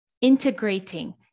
integrating